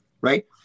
right